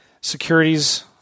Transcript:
Securities –